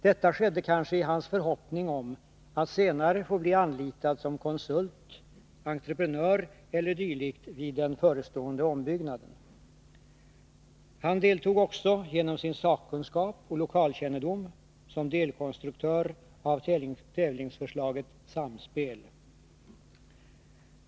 Detta skedde kanske i hans förhoppning om att senare få bli anlitad som konsult, entreprenör e. d. vid den förestående ombyggnaden. Han deltog också genom sin sakkunskap och lokalkännedom som delkonstruktör av tävlingsförslaget Samspel.